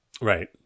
Right